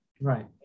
Right